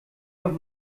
doch